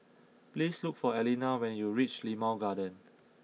please look for Allena when you reach Limau Garden